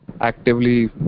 actively